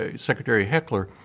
ah secretary heckler,